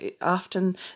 Often